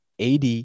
AD